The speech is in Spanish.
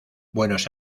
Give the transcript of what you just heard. buenos